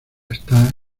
está